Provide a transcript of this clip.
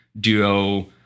duo